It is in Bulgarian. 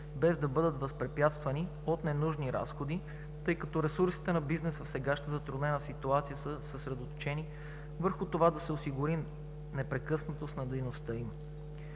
без да бъдат възпрепятствани от ненужни разходи, тъй като ресурсите на бизнеса в сегашната затруднена ситуация са съсредоточени върху това да се осигури непрекъснатост на дейността.